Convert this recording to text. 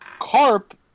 Carp